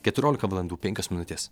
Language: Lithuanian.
keturiolika valandų penkios minutės